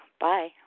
Bye